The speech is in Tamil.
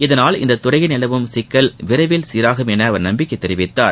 இதனால் இந்த துறையில் நிலவும் சிக்கல் விரைவில் சீராகும் என அவர் நம்பிக்கை தெரிவித்தார்